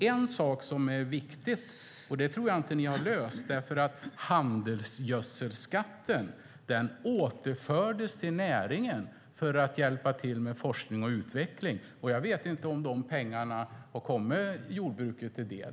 En sak som är viktig - och som jag tror att ni inte har löst - är att handelsgödselskatten återfördes till näringen för att hjälpa till med forskning och utveckling. Jag vet inte om de pengarna har kommit jordbruket till del.